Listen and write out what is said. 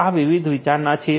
તો આ વિવિધ વિચારણા છે